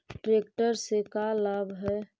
Tractor से का लाभ है?